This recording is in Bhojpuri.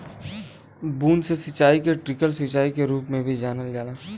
बूंद से सिंचाई के ट्रिकल सिंचाई के रूप में भी जानल जाला